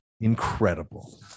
incredible